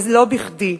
ולא בכדי.